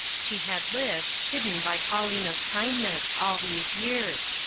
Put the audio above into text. she had lived, hidden by paulina's kindness, all these years,